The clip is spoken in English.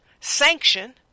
sanction